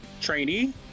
trainee